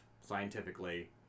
scientifically